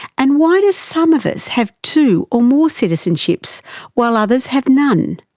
and why do some of us have two or more citizenships while others have none?